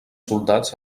soldats